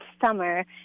summer